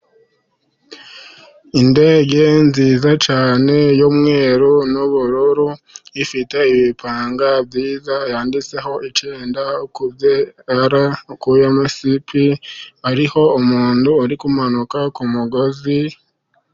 Indege nziza cyane y'umweru n'ubururu , ifite ibipanga byiza byanditseho 9XR-SP hariho umuntu uri kumanuka ku mugozi.